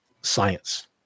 science